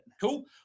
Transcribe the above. Cool